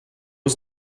was